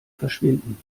verschwinden